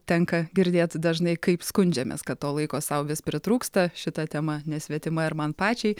tenka girdėt dažnai kaip skundžiamės kad to laiko sau vis pritrūksta šita tema nesvetima ir man pačiai